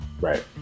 right